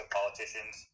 politicians